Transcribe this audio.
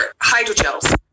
hydrogels